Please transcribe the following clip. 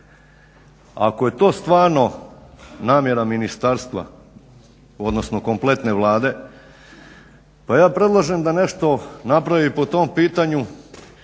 Ako je to stvarno namjera ministarstva odnosno kompletne Vlade, pa ja predlažem da nešto napravi po tom pitanju